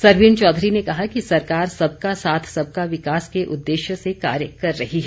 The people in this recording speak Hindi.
सरवीण चौधरी ने कहा कि सरकार सबका साथ सबका विकास के उदेश्य से कार्य कर रही है